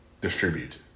distribute